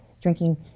drinking